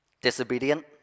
disobedient